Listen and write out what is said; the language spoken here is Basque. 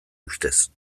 ustez